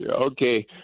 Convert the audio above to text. okay